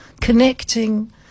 connecting